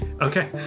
Okay